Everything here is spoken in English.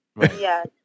Yes